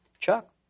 Chuck